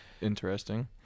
Interesting